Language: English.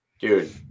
dude